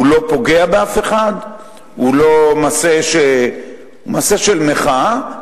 הוא לא פוגע באף אחד, הוא מעשה של מחאה.